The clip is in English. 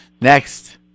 Next